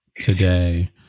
today